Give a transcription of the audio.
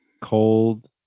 cold